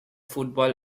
football